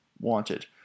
wanted